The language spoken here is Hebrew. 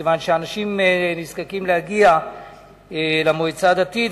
מכיוון שאנשים צריכים להגיע למועצה הדתית,